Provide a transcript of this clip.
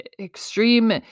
extreme